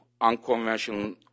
unconventional